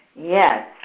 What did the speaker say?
Yes